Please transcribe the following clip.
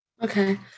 Okay